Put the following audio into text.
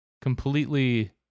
completely